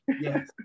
Yes